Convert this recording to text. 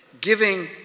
giving